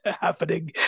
happening